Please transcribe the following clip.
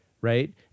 right